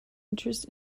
interest